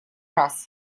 раз